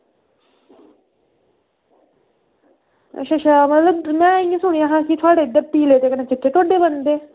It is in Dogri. ते में इंया सुनेआ हा इत्थें इंया तिलें दे ते चिट्टे ढोड्डे बनदे